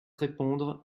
répondre